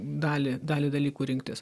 dalį dalį dalykų rinktis